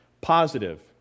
Positive